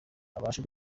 abashe